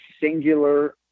singular